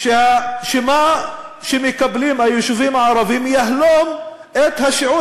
שמה שמקבלים היישובים הערביים יהלום את השיעור